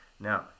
Now